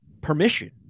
permission